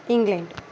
England